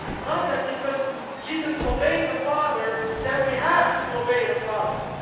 not that, because jesus obeyed the father, that we have to obey the father.